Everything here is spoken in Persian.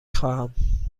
خواهم